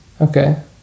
Okay